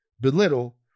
belittle